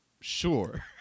sure